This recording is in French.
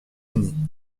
unis